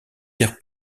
terre